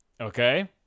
Okay